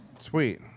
Sweet